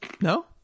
No